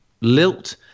Lilt